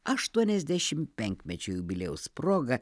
aštuoniasdešim penkmečio jubiliejaus proga